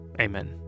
Amen